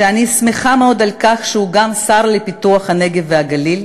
שאני שמחה מאוד על כך שהוא גם השר לפיתוח הנגב והגליל,